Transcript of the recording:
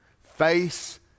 Face